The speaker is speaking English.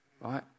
right